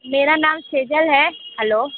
मेरा नाम सेजल है हेलो